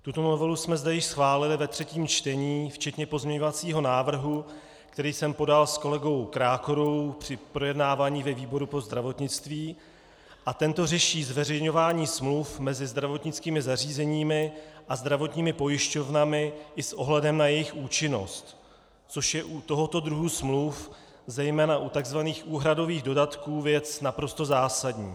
Tuto novelu jsme zde již schválili ve třetím čtení včetně pozměňovacího návrhu, který jsem podal s kolegou Krákorou při projednávání ve výboru pro zdravotnictví, a tento řeší zveřejňování smluv mezi zdravotnickými zařízeními a zdravotními pojišťovnami i s ohledem na jejich účinnost, což je u tohoto druhu smluv, zejména u tzv. úhradových dodatků, věc naprosto zásadní.